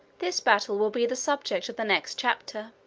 this battle will be the subject of the next chapter.